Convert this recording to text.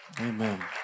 Amen